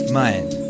mind